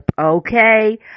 okay